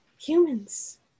Humans